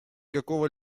какого